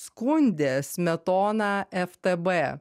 skundė smetoną ftb